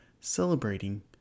celebrating